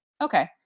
Okay